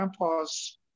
grandpa's